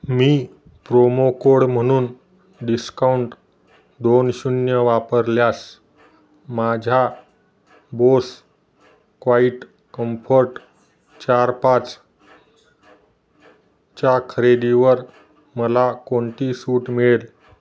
मी promo code म्हणून discount दोन शून्य वापरल्यास माझ्या बोस क्वाईट कम्फर्ट चार पाच च्या खरेदीवर मला कोणती सूट मिळेल